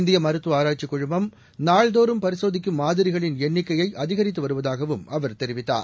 இந்தியமருத்துவஆராய்ச்சிக் நாள்தோறும் பரிசோதிக்கும் மாதிரிகளின் குழுமம் எண்ணிக்கையைஅதிகரித்துவருவதாகவும் அவர் தெரிவித்தார்